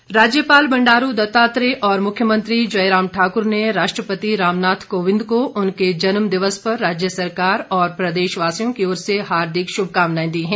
बधाई राज्यपाल बंडारू दत्तात्रेय और मुख्यमंत्री जयराम ठाकुर ने राष्ट्रपति रामनाथ कोविंद को उनके जन्म दिवस पर राज्य सरकार और प्रदेशवासियों की ओर से हार्दिक शुभकामनाएं दी हैं